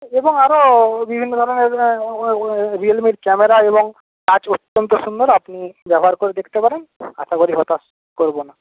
এবং আরও বিভিন্ন ধরণের রিয়েলমির ক্যামেরা এবং টাচ অত্যন্ত সুন্দর আপনি ব্যবহার করে দেখতে পারেন আশা করি হতাশ করব না